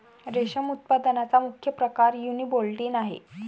रेशम उत्पादनाचा मुख्य प्रकार युनिबोल्टिन आहे